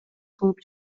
кылып